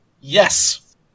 Yes